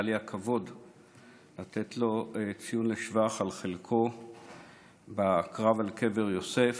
שהיה לי הכבוד לתת לו ציון לשבח על חלקו בקרב על קבר יוסף.